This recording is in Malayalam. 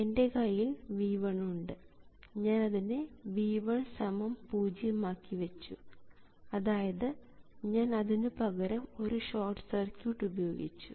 എൻറെ കയ്യിൽ V1 ഉണ്ട് ഞാൻ അതിനെ V10 ആക്കി വെച്ചു അതായത് ഞാൻ അതിനുപകരം ഒരു ഷോർട്ട് സർക്യൂട്ട് ഉപയോഗിച്ചു